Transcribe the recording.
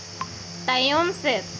ᱛᱟᱭᱚᱢ ᱥᱮᱫ